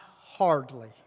hardly